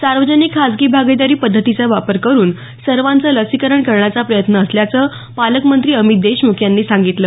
सार्वजनिक खासगी भागिदारी पध्दतीचा वापर करुन सर्वांचं लसीकरण करण्याचा प्रयत्न असल्याचं पालकमंत्री अमित देशमुख यांनी सांगितलं